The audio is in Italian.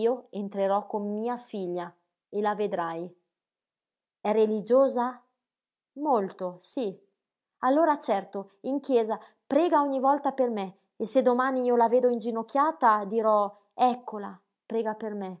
io entrerò con mia figlia e la vedrai è religiosa molto sí allora certo in chiesa prega ogni volta per me e se domani io la vedo inginocchiata dirò eccola prega per me